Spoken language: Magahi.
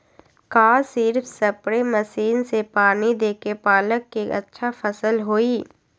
का सिर्फ सप्रे मशीन से पानी देके पालक के अच्छा फसल होई?